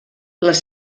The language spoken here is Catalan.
les